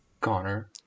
Connor